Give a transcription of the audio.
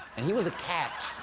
and he was a cat.